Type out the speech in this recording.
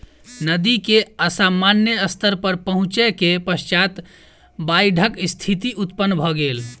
नदी के असामान्य स्तर पर पहुँचै के पश्चात बाइढ़क स्थिति उत्पन्न भ गेल